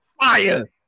Fire